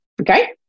Okay